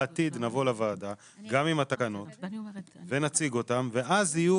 בעתיד נבוא לוועדה גם עם התקנות ונציג אותן ואז יהיו